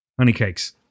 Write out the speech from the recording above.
honeycakes